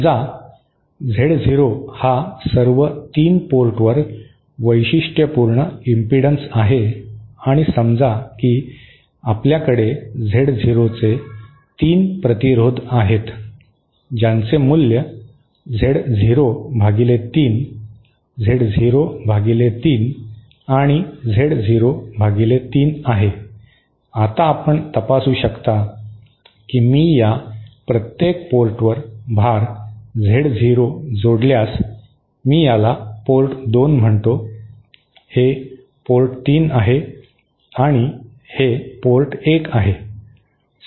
समजा Z zero हा सर्व 3 पोर्टवर वैशिष्ट्यपूर्ण इम्पिडन्स आहे आणि समजा की आपल्याकडे झेड झिरोचे 3 प्रतिरोध आहेत ज्यांचे मूल्य झेड झिरो भागिले 3 झेड झिरो भागिले 3 आणि झेड झिरो भागिले 3 आहे आता आपण तपासू शकता की मी या प्रत्येक पोर्टवर भार झेड झिरो जोडल्यास मी याला पोर्ट 2 म्हणतो हे पोर्ट 3 आहे आणि हे पोर्ट 1 आहे